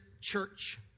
church